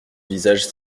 visage